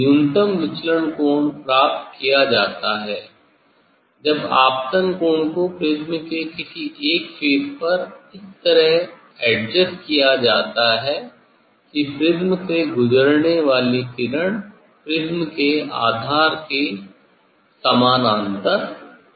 न्यूनतम विचलन कोण प्राप्त किया जाता है जब आपतन कोण को प्रिज्म के किसी एक फेस पर इस तरह एडजस्ट किया जाता है कि प्रिज्म से गुजरने वाली किरण प्रिज्म के आधार के समानांतर हो